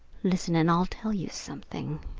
listen and i'll tell you something